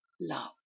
love